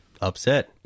Upset